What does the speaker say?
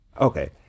Okay